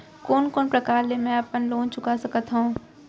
कोन कोन प्रकार ले मैं अपन लोन चुका सकत हँव?